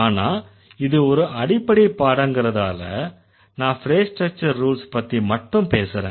ஆனா இது ஒரு அடிப்படை பாடங்கறதால நான் ஃப்ரேஸ் ஸ்ட்ரக்சர் ரூல்ஸ் பத்தி மட்டும் பேசறேன்